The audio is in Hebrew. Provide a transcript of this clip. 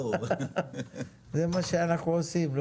זה מה שאנחנו עושים.